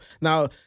Now